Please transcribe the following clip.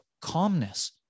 calmness